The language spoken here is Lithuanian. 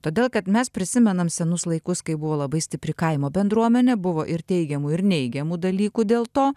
todėl kad mes prisimenam senus laikus kai buvo labai stipri kaimo bendruomenė buvo ir teigiamų ir neigiamų dalykų dėl to